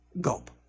gulp